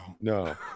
no